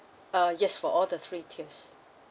uh yes for all the three tiers